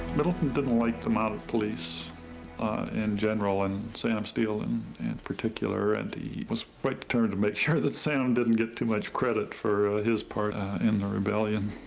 middleton didn't like the mounted police in general, and sam steele in and particular and he was quite determined to make sure that sam didn't get too much credit for his part in the rebellion,